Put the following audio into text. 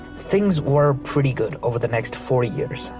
things were pretty good over the next forty years,